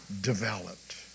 Developed